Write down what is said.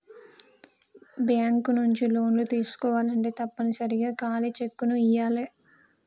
bank నుంచి లోన్లు తీసుకోవాలంటే తప్పనిసరిగా ఖాళీ చెక్కుని ఇయ్యాలే